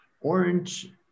orange